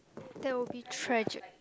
that will be tragic